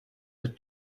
the